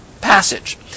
passage